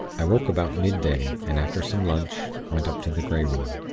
i woke about midday, and after some lunch, went up to the grey room.